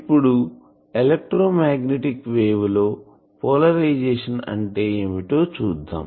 ఇప్పుడు electromagnetic wave లో polarisation అంటే ఏమిటో చూద్దాం